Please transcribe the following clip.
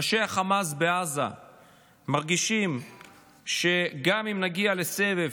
ראשי החמאס בעזה מרגישים שגם אם נגיע לסבב,